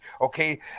okay